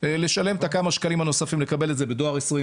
יש לנו עוד כמה פעולות מקוונות שהן כרגע נמצאות על הדרך.